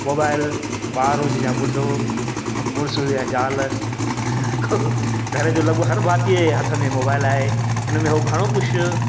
mobile ॿार हुजे या ॿुढो मुड़ुसि हुजे या ज़ाल घर जो हर भाती जे हथ में मोबाइल आहे उन में हू घणो कुझु